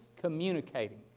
communicating